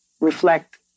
reflect